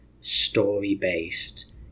story-based